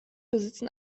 besitzen